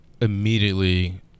immediately